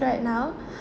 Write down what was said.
right now